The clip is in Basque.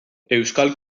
euskal